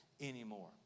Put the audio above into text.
anymore